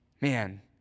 Man